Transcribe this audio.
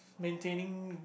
maintaining weak